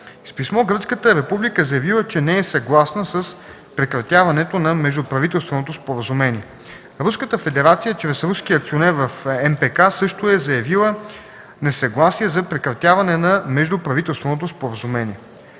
С писмо Гръцката република е заявила, че не е съгласна с прекратяването на Междуправителственото споразумение. Руската федерация чрез руския акционер в МПК също е заявила несъгласие за прекратяване на Междуправителственото споразумение.